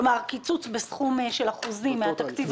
כלומר קיצוץ בסכום של אחוזים מן התקציב המקורי